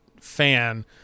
fan